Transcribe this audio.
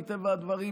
מטבע הדברים,